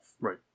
Right